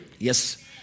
Yes